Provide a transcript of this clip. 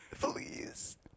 please